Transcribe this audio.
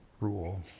rule